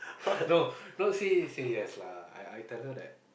no not say say yes lah I tell her that